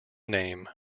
name